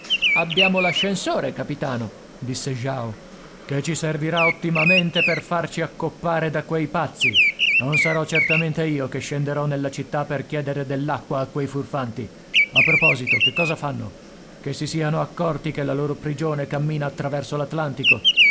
abbiamo l'ascensore capitano disse jao che ci servirà ottimamente per farci accoppare da quei pazzi non sarò certamente io che scenderò nella città per chiedere dell'acqua a quei furfanti a proposito che cosa fanno che si siano accorti che la loro prigione cammina attraverso